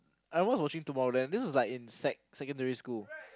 I almost watching Tomorrowland this was like in sec secondary school